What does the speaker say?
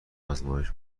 آزمایش